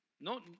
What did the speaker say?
No